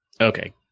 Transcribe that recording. Okay